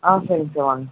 ஆ சரிங்க சார் வாங்க சார்